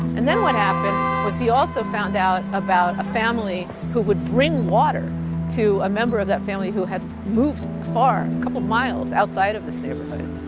and then what happened was he also found out about a family who would bring water to a member of that family who had moved far, a couple miles, outside of this neighborhood.